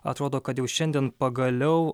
atrodo kad jau šiandien pagaliau